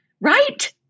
right